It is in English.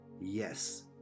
Yes